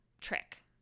trick